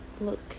look